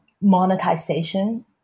monetization